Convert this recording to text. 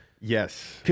Yes